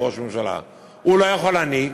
והוא לא יכול להנהיג,